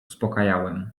uspokajałem